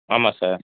ஆமாம் சார்